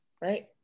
right